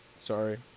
sorry